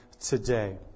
today